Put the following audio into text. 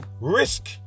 risk